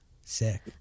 Sick